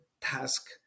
task